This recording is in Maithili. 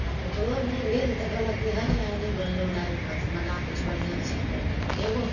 आओर ककरो नहि भेल तऽ कहलक हइ आइ नहि बनलहु आइ बना किछु बढ़िआँ चीज तभिए खएबौ